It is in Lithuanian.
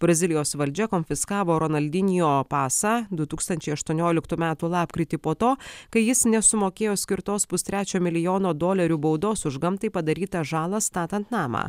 brazilijos valdžia konfiskavo ron aldinijo pasą du tūkstančiai aštuonioliktų metų lapkritį po to kai jis nesumokėjo skirtos pustrečio milijono dolerių baudos už gamtai padarytą žalą statant namą